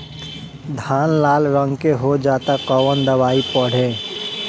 धान लाल रंग के हो जाता कवन दवाई पढ़े?